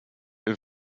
een